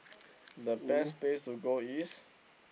the best place to go is